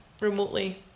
remotely